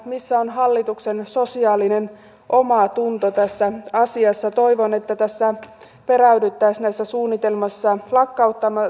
missä on hallituksen sosiaalinen omatunto tässä asiassa toivon että peräydyttäisiin näissä suunnitelmissa lakkauttaa